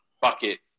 bucket